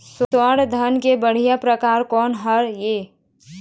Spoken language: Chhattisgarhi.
स्वर्णा धान के बढ़िया परकार कोन हर ये?